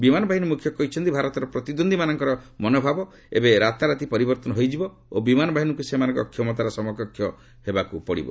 ବିମାନ ବାହିନୀ ମୁଖ୍ୟ କହିଛନ୍ତି ଭାରତର ପ୍ରତିଦ୍ୱନ୍ଦୀମାନଙ୍କର ମନୋଭାବ ଏବେ ରାତାରାତି ପରିବର୍ଭନ ହୋଇଯିବ ଓ ବିମାନ ବାହିନୀକୁ ସେମାନଙ୍କ କ୍ଷମତାର ସମକକ୍ଷ ହେବାକୁ ପଡ଼ିବ